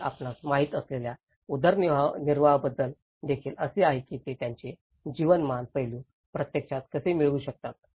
आणि आपणास माहित असणार्या उदरनिर्वाहाबद्दल देखील असे आहे की ते त्यांचे जीवनमान पैलू प्रत्यक्षात कसे मिळवू शकतात